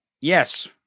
Yes